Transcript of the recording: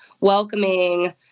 welcoming